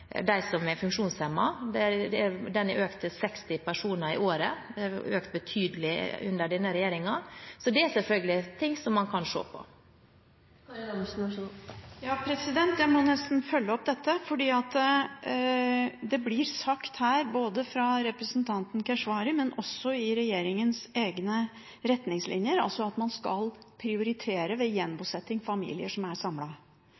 som har økt til 60 personer i året, en betydelig økning under denne regjeringen. Det er selvfølgelig ting man kan se på. Jeg må nesten følge opp dette, fordi det blir sagt her fra representanten Keshvari, men også i regjeringens egne retningslinjer, at man ved gjenbosetting skal prioritere familier som er